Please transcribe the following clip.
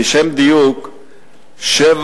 לשם דיוק 7.26